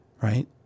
right